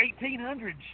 1800's